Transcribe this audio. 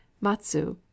matsu